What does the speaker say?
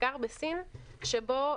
מחקר בסין שבו